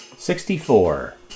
Sixty-four